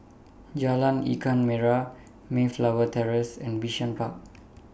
Jalan Ikan Merah Mayflower Terrace and Bishan Park